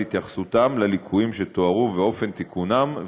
התייחסותם לליקויים שתוארו ואופן תיקונם,